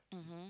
mmhmm